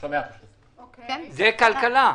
זה כלכלה.